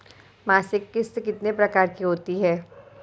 मासिक किश्त कितने प्रकार की होती है?